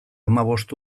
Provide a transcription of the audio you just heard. hamabost